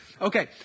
Okay